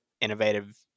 innovative